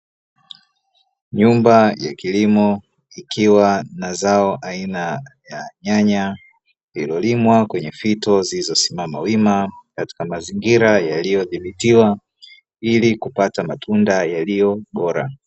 Nyumba ya kilimo ikiwa na zao aina ya nyanya lililolimwa kwenye fito zilizosimama wima, katika mazingira yaliyodhibitiwa ili kupata matunda yaliyo bora.